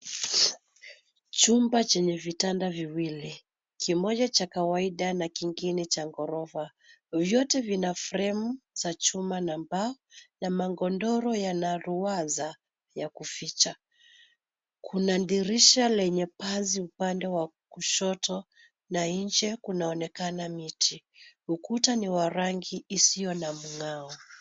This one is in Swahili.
Chumba chenye vitanda viwili. Kimoja cha kawaida na kingine cha ghorofa. Vyote vina fremu za chuma na mbao na magodoro yana ruwaza ya kuficha. Kuna dirisha lenye pazi upande wa kushoto na nje kunaonekana miti. Ukuta ni wa rangi isiyo na mngao.